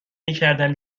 میکردم